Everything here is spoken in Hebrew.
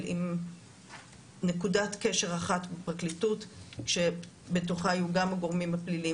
עם נקודת קשר אחת בפרקליטות שבתוכה יהיו גם הגורמים הפליליים